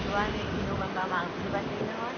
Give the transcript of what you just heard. কোবা মাঘ বিহু পাইছেহি নহয়